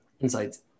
insights